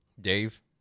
Dave